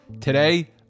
Today